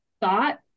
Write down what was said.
thought